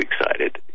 excited